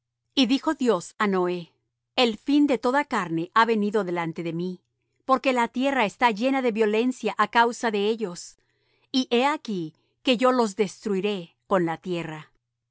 y dijo dios á noé el fin de toda carne ha venido delante de mí porque la tierra está llena de violencia á causa de ellos y he aquí que yo los destruiré con la tierra